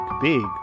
big